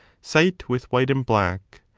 sight with white and black,